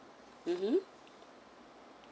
mmhmm